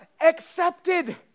accepted